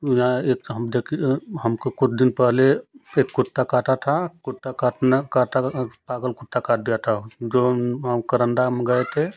यहाँ एक हमको कुछ दिन पहले एक कुत्ता काटा था कुत्ता काटना पागल कुत्ता काट दिया था जो हम करन्दा हम गए थे